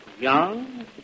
Young